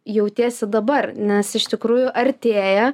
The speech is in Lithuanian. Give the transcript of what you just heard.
jautiesi dabar nes iš tikrųjų artėja